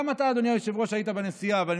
גם אתה, אדוני היושב-ראש, היית בנסיעה,